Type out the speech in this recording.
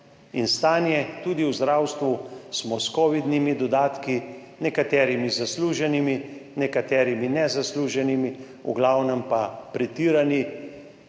stanje v zdravstvu smo s kovidnimi dodatki, nekaterimi zasluženimi, nekaterimi nezasluženimi, v glavnem pa pretiranimi,